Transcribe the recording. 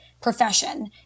profession